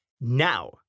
Now